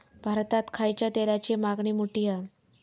भारतात खायच्या तेलाची मागणी मोठी हा